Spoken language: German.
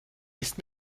ist